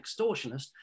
extortionist